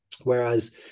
Whereas